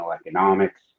economics